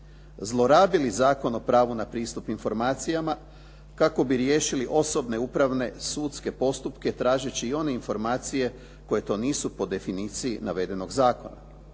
zlorabili Zakon o pravu na pristup informacijama kako bi riješili osobne upravne sudske postupke tražeći i one informacije koje to nisu po definiciji navedenog zakona.